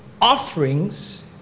offerings